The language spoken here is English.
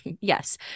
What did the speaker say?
yes